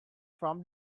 from